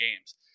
games